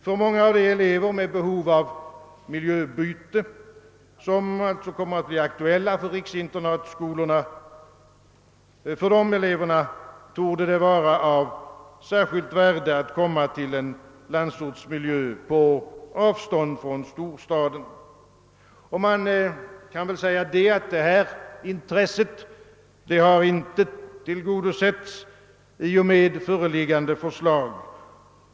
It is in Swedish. För många av de elever med behov av miljöbyte, vilka kommer att bli aktuella för riksinternatskolorna, torde det vara av särskilt värde att få komma till en landsortsmiljö på avstånd från storstaden. Detta intresse torde inte ha tillgodosetts i föreliggande förslag.